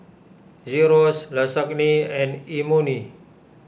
Gyros Lasagne and Imoni